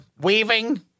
weaving